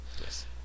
yes